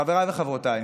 חבריי וחברותיי,